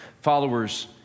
followers